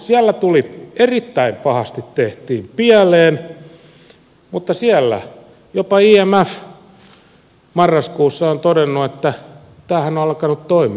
siellä erittäin pahasti tehtiin pieleen mutta siellä jopa imf marraskuussa on todennut että tämähän on alkanut toimia